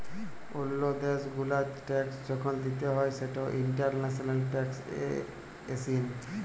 ওল্লো দ্যাশ গুলার ট্যাক্স যখল দিতে হ্যয় সেটা ইন্টারন্যাশনাল ট্যাক্সএশিন